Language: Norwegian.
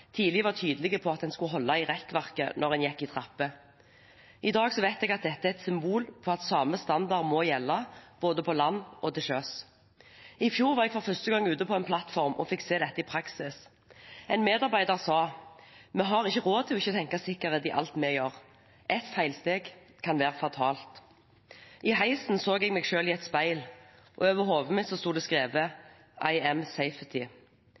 tidlig var tydelige på at en skulle holde i rekkverket når en gikk i trapper. I dag vet jeg at dette er et symbol på at samme standard må gjelde både på land og til sjøs. I fjor var jeg for første gang ute på en plattform og fikk se dette i praksis. En medarbeider sa: Vi har ikke råd til ikke å tenke sikkerhet i alt vi gjør; ett feilsteg kan være fatalt. I heisen så jeg meg selv i et speil, og over hodet mitt sto det skrevet «I am safety».